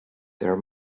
there